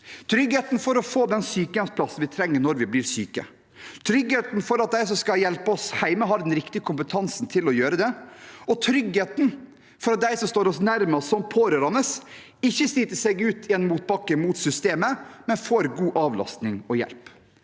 trygghet for å få den sykehjemsplassen vi trenger når vi blir syke, trygghet for at de som skal hjelpe oss hjemme, har den riktige kompetansen til å gjøre det, og trygghet for at de som står oss nærmest som pårørende, ikke sliter seg ut i en motbakke mot systemet, men får god avlastning og hjelp.